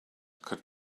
could